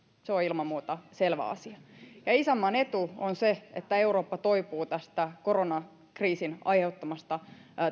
se on ilman muuta selvä asia ja isänmaan etu on se että eurooppa toipuu tästä koronakriisin aiheuttamasta